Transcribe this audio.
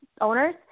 owners